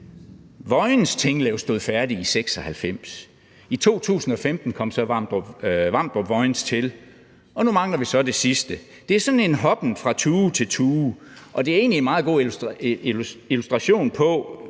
Vojens-Tinglev stod færdig 1996, i 2015 kom Vamdrup-Vojens så til, og nu mangler vi så det sidste. Det er sådan en hoppen fra tue til tue, og det er egentlig en meget god illustration af,